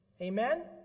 Amen